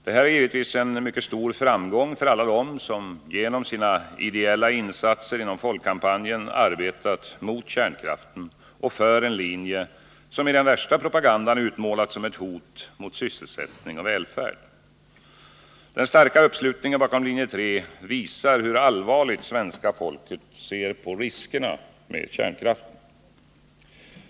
Detta är givetvis en mycket stor framgång för alla dem som genom sina ideella insatser inom folkkampanjen arbetat mot kärnkraften och för en linje, som i den värsta propagandan utmålats som ett hot mot sysselsättning och välfärd. Den starka uppslutningen bakom linje 3 visar hur allvarligt svenska folket ser på riskerna med kärnkraften.